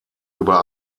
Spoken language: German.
über